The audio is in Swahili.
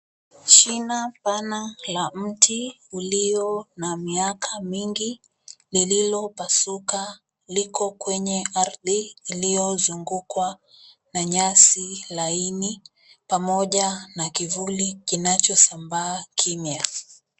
Shina pana la mti ulio na miaka mingi lililopasuka liko kwenye ardhi iliyozungukwa na nyasi laini pamoja na kivuli kinachosambaa kimya.